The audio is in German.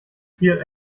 ziel